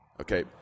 okay